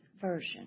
Version